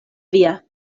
via